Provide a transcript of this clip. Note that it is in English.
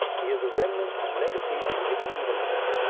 he is a remnant and legacy of mediaevalism,